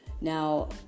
Now